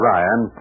Ryan